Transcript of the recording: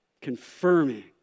Confirming